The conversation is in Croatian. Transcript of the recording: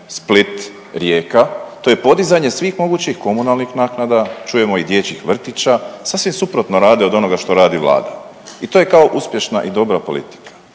Split, Rijeka, to je podizanje svih mogućih komunalnih naknada, čujemo i dječjih vrtića, sasvim suprotno rade od onoga što radi Vlada i to je kao uspješna i dobra politika,